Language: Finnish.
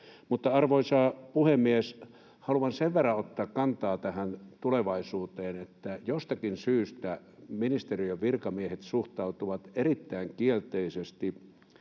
Mutta, arvoisa puhemies, haluan sen verran ottaa kantaa tulevaisuuteen, että jostakin syystä ministeriön virkamiehet suhtautuvat erittäin kielteisesti